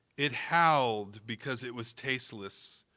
it howled because it was tasteless,